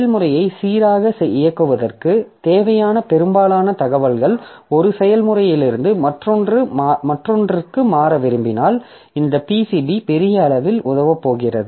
செயல்முறையை சீராக இயக்குவதற்கு தேவையான பெரும்பாலான தகவல்கள் ஒரு செயல்முறையிலிருந்து மற்றொன்றுக்கு மாற விரும்பினால் இந்த PCB பெரிய அளவில் உதவப் போகிறது